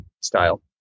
style